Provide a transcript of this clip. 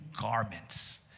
garments